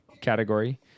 category